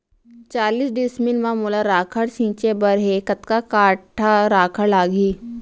चालीस डिसमिल म मोला राखड़ छिंचे बर हे कतका काठा राखड़ लागही?